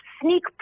sneak